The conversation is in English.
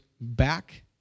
back